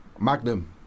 Magnum